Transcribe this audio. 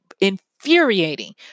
infuriating